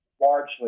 largely